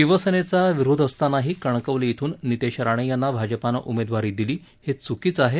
शिवसेनेचा विरोध असतानाही कणकवली श्रेन नितेश राणे यांना भाजपानं उमेदवारी दिली हे चुकीचे आहे